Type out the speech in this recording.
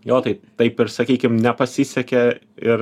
jo taip taip ir sakykim nepasisekė ir